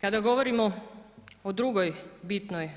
Kada govorimo o drugoj bitnoj